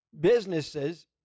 businesses